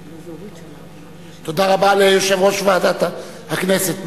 תודה רבה ליושב-ראש ועדת הכנסת.